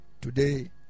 Today